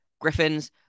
Griffins